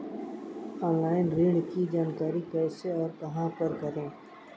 Online ऋण की जानकारी कैसे और कहां पर करें?